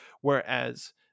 Whereas